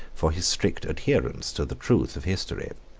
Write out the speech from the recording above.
for his strict adherence to the truth of history.